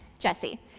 Jesse